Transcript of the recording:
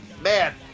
Man